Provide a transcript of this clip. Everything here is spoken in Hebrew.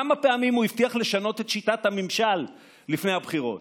כמה פעמים הוא הבטיח לשנות את שיטת הממשל לפני הבחירות?